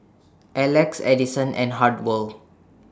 Alex Adison and Hartwell